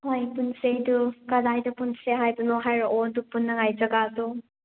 ꯍꯣꯏ ꯄꯨꯟꯁꯦ ꯗꯣ ꯀꯗꯥꯏꯗ ꯄꯨꯟꯁꯦ ꯍꯥꯏꯕꯅꯣ ꯍꯥꯏꯔꯛꯑꯣ ꯑꯗꯨ ꯄꯨꯟꯅꯉꯥꯏ ꯖꯒꯥꯗꯣ